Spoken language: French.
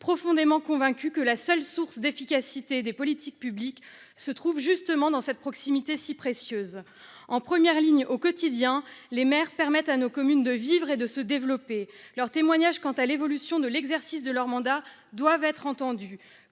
profondément convaincue que la seule source d'efficacité des politiques publiques se trouve justement dans cette proximité si précieuse. En première ligne au quotidien, les maires permettent à nos communes de vivre et de se développer. Les témoignages de ces élus locaux quant à l'évolution de l'exercice de leur mandat doivent être entendus